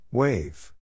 Wave